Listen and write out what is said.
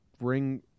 ring